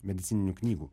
medicininių knygų